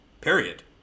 Period